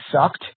sucked